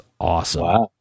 awesome